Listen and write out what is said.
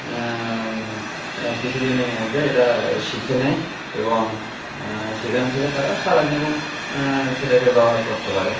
কিছুদিনের মধ্যে এটা শিখে নেয় এবং সেখান থেকে তারা সারাাজীবন সেটাকে ব্যবহার করতে পারে